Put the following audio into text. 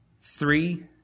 three